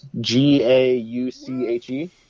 G-A-U-C-H-E